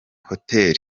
hotel